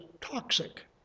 toxic